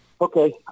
okay